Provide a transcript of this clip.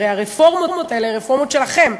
הרי הרפורמות האלה הן רפורמות שלכם,